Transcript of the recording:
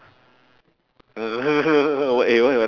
eh what you want